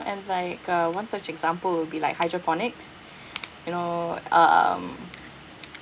and like uh one such example would be like hydroponics you know um